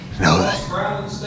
No